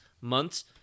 months